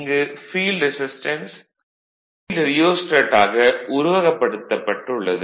இங்கு field resistance field rheostat ஆக உருவகப்படுத்தப் பட்டுள்ளது